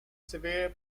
severe